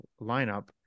lineup